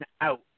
out